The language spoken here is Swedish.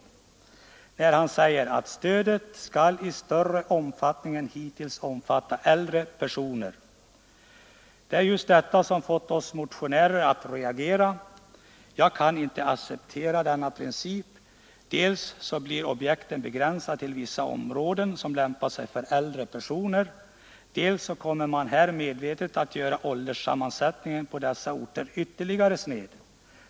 Han säger att stödet i större omfattning än hittills skall omfatta äldre personer. Det är just detta som fått oss motionärer att reagera. Jag kan inte acceptera denna princip, dels blir objekten begränsade till vissa områden som lämpar sig för äldre personer, dels kommer man härigenom medvetet att ytterligare snedvrida ålderssammansättningen på dessa orter.